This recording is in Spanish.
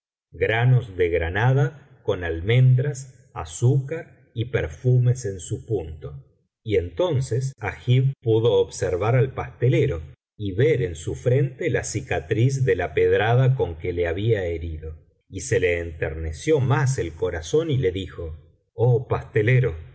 granos de granada con almendras azúcar y perfumes en su punto y entonces agib pudo observar al pastelero y ver en su frente la cicatriz de la pedrada con que le había herido y se le enterneció más el corazón y le dijo oh pastelero la